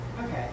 Okay